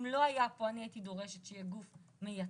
אם לא היה פה, אני הייתי דורשת שיהיה גוף מייצג.